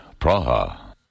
Praha